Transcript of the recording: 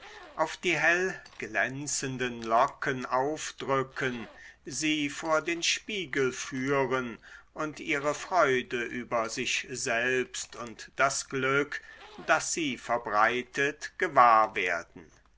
auf die hellglänzenden locken aufdrücken sie vor den spiegel führen und ihre freude über sich selbst und das glück das sie verbreitet gewahr werden